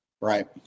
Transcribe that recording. right